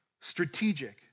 strategic